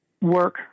work